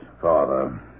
father